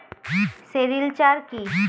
Sericulture কি?